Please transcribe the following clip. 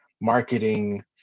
marketing